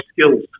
skills